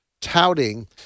touting